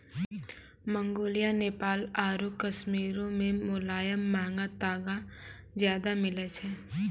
Mongolia, Nepal आरु कश्मीरो मे मोलायम महंगा तागा ज्यादा मिलै छै